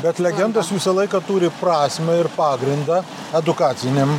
bet legendos visą laiką turi prasmę ir pagrindą edukacinėm